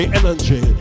energy